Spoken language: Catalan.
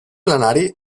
plenari